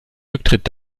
rücktritt